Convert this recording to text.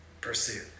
pursue